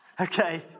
Okay